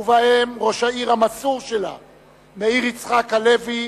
ובהם ראש העיר המסור שלה, מאיר יצחק הלוי.